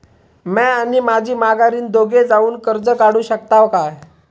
म्या आणि माझी माघारीन दोघे जावून कर्ज काढू शकताव काय?